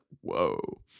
whoa